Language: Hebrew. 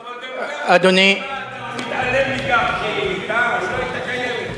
אבל גם ככה בשביל מה אתה מתעלם מכך שהיא היתה כשהיא לא היתה קיימת?